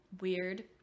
weird